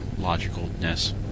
logicalness